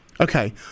Okay